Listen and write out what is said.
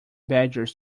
badgers